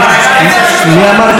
מי אמר "תוציא אותו"?